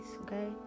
Okay